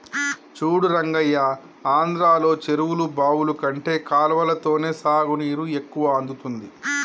చూడు రంగయ్య ఆంధ్రలో చెరువులు బావులు కంటే కాలవలతోనే సాగునీరు ఎక్కువ అందుతుంది